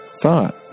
thought